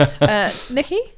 Nikki